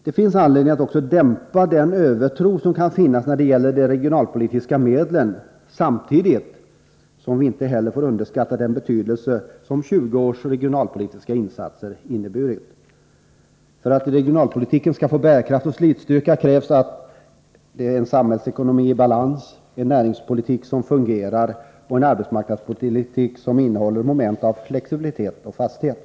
Det finns anledning att dämpa den övertro som kan finnas när det gäller de regionalpolitiska medlen, samtidigt som vi inte heller får underskatta den betydelse som 20 års regionalpolitiska insatser har inneburit. För att regionalpolitiken skall få bärkraft och slitstyrka krävs det en samhällsekonomi i balans, en näringspolitik som fungerar och en arbetsmarknadspolitik som innehåller moment av flexibilitet och fasthet.